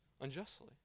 unjustly